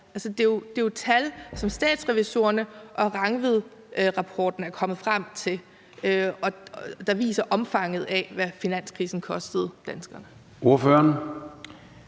det er jo tal, som Statsrevisorerne og Rangvidrapporten er kommet frem til, og som viser omfanget af, hvad finanskrisen kostede danskerne. Kl.